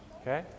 Okay